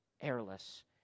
airless